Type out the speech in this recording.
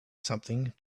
something